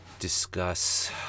discuss